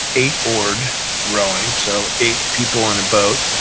eight-oared rowing, so eight people in a boat,